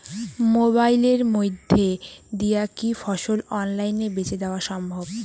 মোবাইলের মইধ্যে দিয়া কি ফসল অনলাইনে বেঁচে দেওয়া সম্ভব?